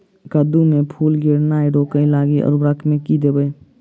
कद्दू मे फूल गिरनाय रोकय लागि उर्वरक मे की देबै?